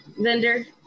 vendor